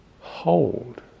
hold